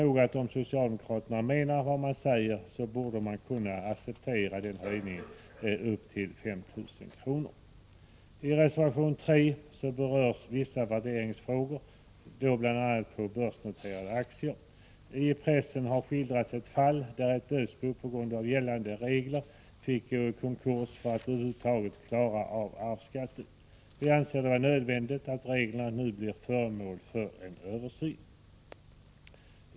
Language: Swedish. Om socialdemokraterna verkligen menar vad de säger borde de kunna acceptera höjningen till 5 000 kr. I reservation 5 berörs vissa värderingsfrågor, bl.a. beträffande börsnoterade aktier. I pressen har skildrats ett fall där ett dödsbo på grund av gällande regler fick gå i konkurs för att över huvud taget klara av arvsskatten. Vi anser det nödvändigt att reglerna nu blir föremål för en översyn.